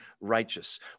righteous